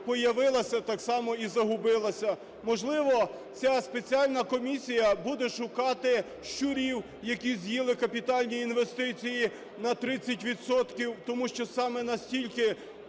появилася, так само і загубилася, можливо, ця спеціальна комісія буде шукати щурів, які з'їли капітальні інвестиції на 30 відсотків, тому що саме настільки